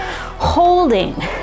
holding